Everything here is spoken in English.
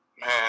Man